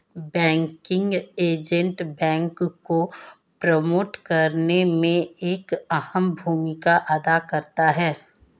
banking agent bank को promote करने में एक अहम भूमिका अदा करता है